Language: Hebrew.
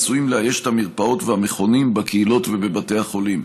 עשויים לאייש את המרפאות והמכונים בקהילות ובבתי החולים.